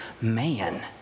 man